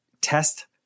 test